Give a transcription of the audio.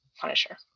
Punisher